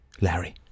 Larry